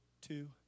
two